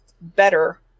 better